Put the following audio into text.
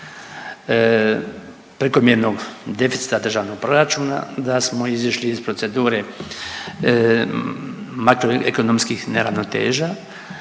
prekomjernog deficita državnog proračuna, da smo izišli iz procedure makroekonomskih neravnoteža,